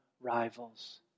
rivals